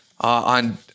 on